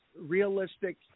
realistic